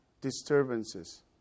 disturbances